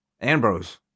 Ambrose